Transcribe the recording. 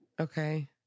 Okay